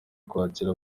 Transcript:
kwakira